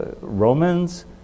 Romans